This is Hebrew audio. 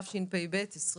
התשפ"ב-2022.